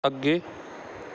ਅੱਗੇ